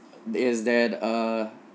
is that err